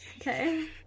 Okay